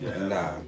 Nah